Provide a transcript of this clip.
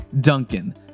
Duncan